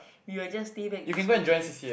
we will just stay back to school play